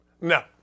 No